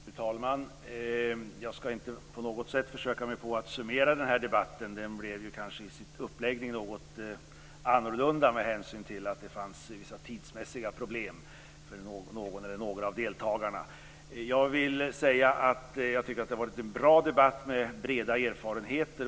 Fru talman! Jag skall inte försöka summera debatten. Den blev i sitt upplägg något annorlunda, med hänsyn till att det fanns vissa tidsmässiga problem för några av deltagarna. Det har varit en bra debatt med breda erfarenheter.